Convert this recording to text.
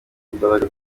mbaraga